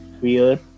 fear